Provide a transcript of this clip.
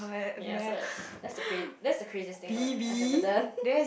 ya so that's the crazy~ that's the craziest thing I've I have ever done